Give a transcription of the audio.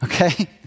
Okay